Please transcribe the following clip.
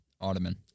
Ottoman